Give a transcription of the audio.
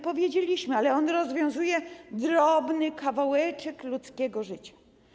Powiedzieliśmy, ale on rozwiązuje drobny kawałeczek ludzkiego życia.